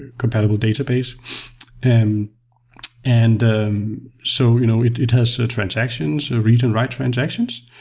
compatible database and and so you know it it has transactions, read and write transactions,